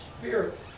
spirit